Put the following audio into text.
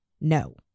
no